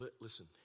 Listen